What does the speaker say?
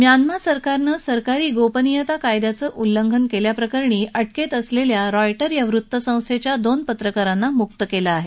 Myanmar सरकारनं सरकारी गोपनियता कायद्याचं उल्लंघन केल्याप्रकरणी अटकेत असलेल्या रॉयटरच्या दोन पत्रकारांना मुक्त केलं आहे